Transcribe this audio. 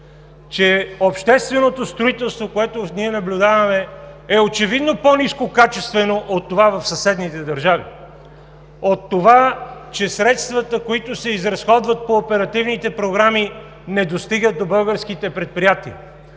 че общественото строителство, което ние наблюдаваме, е очевидно по-нискокачествено от това в съседните държави, от това, че средствата, които се изразходват по оперативните програми, не достигат до българските предприятия.